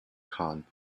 kahn